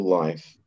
life